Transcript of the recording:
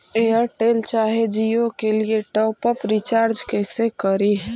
Airtel चाहे जियो के लिए टॉप अप रिचार्ज़ कैसे करी?